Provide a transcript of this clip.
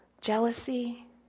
jealousy